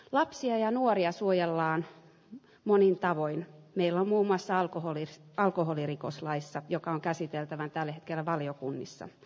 lapsia ja nuoria suojellaan monin tavoin vielä muun muassa alkoholiin alkoholirikoslaissa joka on käsiteltävän tällä hetkellä valiokunnissa